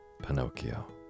Pinocchio